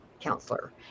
counselor